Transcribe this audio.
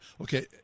Okay